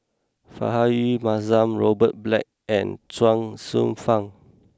Rahayu Mahzam Robert Black and Chuang Hsueh Fang